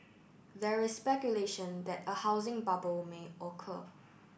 there is speculation that a housing bubble may occur